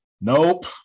nope